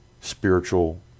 spiritual